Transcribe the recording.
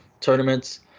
tournaments